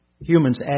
Humans